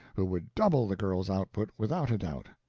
who would double the girl's output without a doubt.